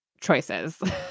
choices